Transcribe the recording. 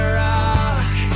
rock